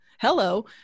hello